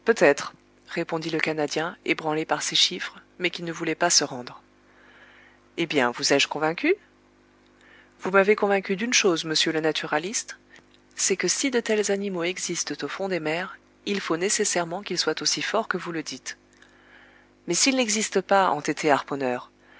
peut-être répondit le canadien ébranlé par ces chiffres mais qui ne voulait pas se rendre eh bien vous ai-je convaincu vous m'avez convaincu d'une chose monsieur le naturaliste c'est que si de tels animaux existent au fond des mers il faut nécessairement qu'ils soient aussi forts que vous le dites mais s'ils n'existent pas entêté harponneur